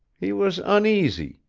he was uneasy,